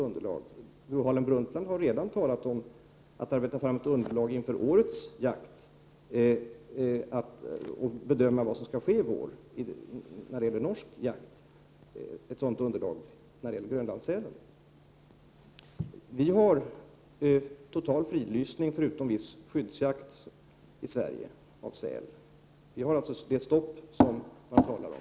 Gro Harlem Brundtland har redan talat om att ta fram ett underlag inför årets jakt på Grönlandssäl, så att man kan bedöma vad som skall ske i vår när det gäller norsk jakt. I Sverige råder det total fridlysning av säl förutom när det gäller viss skyddsjakt. Sverige har alltså infört det stopp som det talas om.